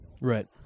Right